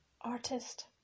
artist